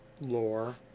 lore